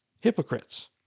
hypocrites